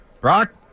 Brock